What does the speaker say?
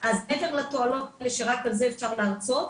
--- מעבר לתועלות שרק על זה אפשר להרצות.